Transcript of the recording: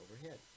overhead